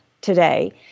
today